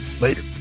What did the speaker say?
later